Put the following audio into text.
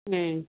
ꯎꯝ